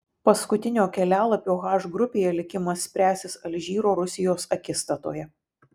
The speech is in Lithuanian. paskutinio kelialapio h grupėje likimas spręsis alžyro rusijos akistatoje